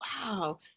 wow